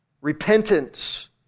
Repentance